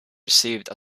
received